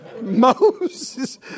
Moses